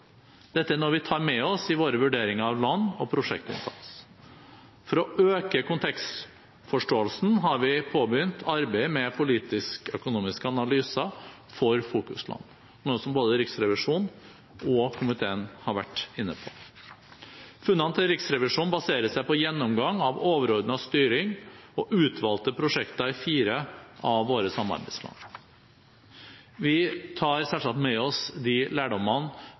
Dette er noe vi tar med oss i våre vurderinger av land og prosjektinnsats. For å øke kontekstforståelsen har vi påbegynt arbeidet med politisk-økonomiske analyser for fokusland, noe som både Riksrevisjonen og komiteen har vært inne på. Funnene til Riksrevisjonen baserer seg på gjennomgang av overordnet styring og utvalgte prosjekter i fire av våre samarbeidsland. Vi tar selvsagt med oss de lærdommene